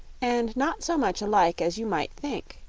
and not so much alike as you might think.